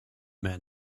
man